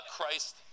Christ